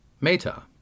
Meta